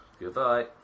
Goodbye